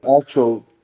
actual